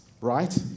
Right